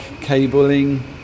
cabling